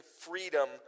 freedom